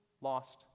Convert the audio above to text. Lost